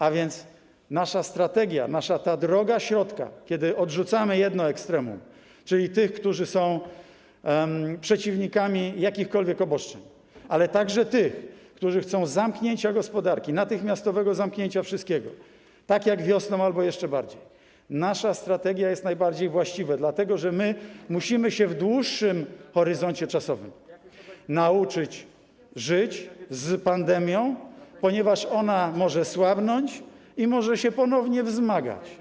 A więc nasza strategia, nasza droga środka - kiedy odrzucamy jedno ekstremum, czyli tych, którzy są przeciwnikami jakichkolwiek obostrzeń, ale także tych, którzy chcą zamknięcia gospodarki, natychmiastowego zamknięcia wszystkiego, tak jak wiosną albo jeszcze bardziej - jest najbardziej właściwa, dlatego że my musimy w dłuższym horyzoncie czasowym nauczyć się żyć z pandemią, ponieważ ona może słabnąć i może się ponownie wzmagać.